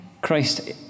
Christ